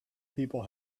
people